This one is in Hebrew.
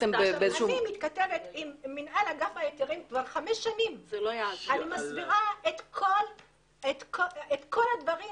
אני מתכתבת עם מינהל אגף ההיתרים כבר חמש שנים ואני מסבירה את כל הדברים